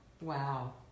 Wow